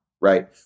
right